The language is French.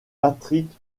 patrick